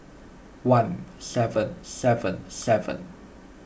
one seven seven seven